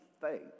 faith